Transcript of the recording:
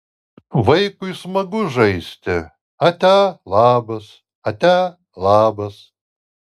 vaikui smagu žaisti atia labas atia labas